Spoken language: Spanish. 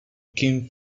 kim